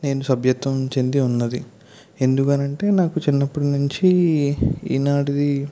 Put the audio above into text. నేను సభ్యత్వం చెంది ఉన్నది ఎందుకనంటే నాకు చిన్నప్పటి నుంచీ ఈనాడుదీ